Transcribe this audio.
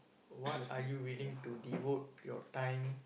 what are you willing to devote your time